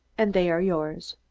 and they are yours.